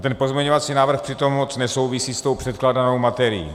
Ten pozměňovací návrh přitom moc nesouvisí s předkládanou materií.